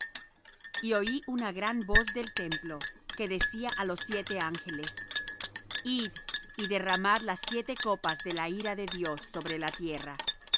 y oi una gran voz del templo que decía á los siete ángeles id y derramad las siete copas de la ira de dios sobre la tierra